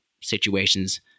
situations